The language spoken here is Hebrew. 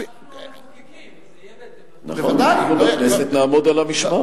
אנחנו המחוקקים, זה יהיה בהתאם לחוק.